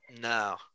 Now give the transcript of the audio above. No